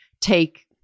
take